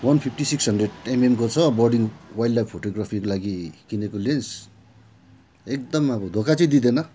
one fifty six hundred एमएमको छ birding wildlife फोटोग्राफीको लागि किनेको लेन्स एकदम अब धोका चाहिँ दिँदैन